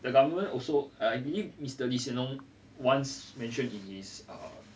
the government also err I believe mister lee hsien loong once mentioned in his err